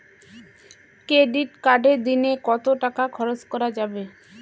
Credit কার্ডে দিনে কত টাকা খরচ করা যাবে?